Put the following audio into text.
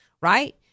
right